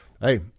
hey